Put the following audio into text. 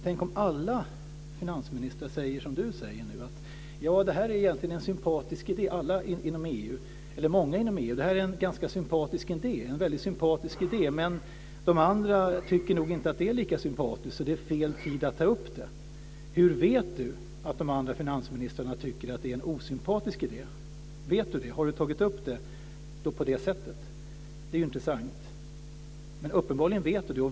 Tänk om många finansministrar inom EU säger som Bosse Ringholm, att detta egentligen är en ganska sympatisk idé men att de andra nog inte tycker att den inte är lika sympatisk och att det därför är fel tid att ta upp den. Hur vet Bosse Ringholm att de andra finansministrarna tycker att det är en osympatisk idé? Vet Bosse Ringholm det? Har Bosse Ringholm tagit upp detta på ett sådant sätt? Det är intressant. Men uppenbarligen vet Bosse Ringholm det.